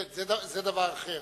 כן, זה דבר אחר.